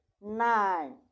nine